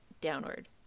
downward